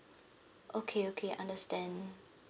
okay okay understand